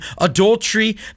adultery